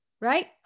Right